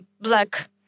black